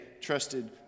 trusted